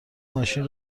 ماشین